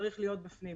צריך להיות בפנים.